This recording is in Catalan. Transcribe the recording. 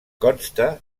consta